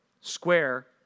square